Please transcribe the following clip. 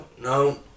no